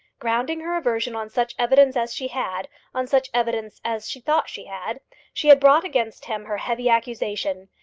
grounding her aversion on such evidence as she had on such evidence as she thought she had she had brought against him her heavy accusation.